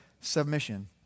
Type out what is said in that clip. submission